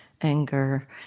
anger